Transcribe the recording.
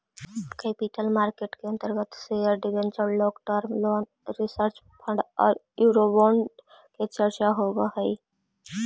capital market के अंतर्गत share debenture long term loan reserve fund औउर यूरोबोंड के चर्चा होवऽ हई